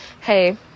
hey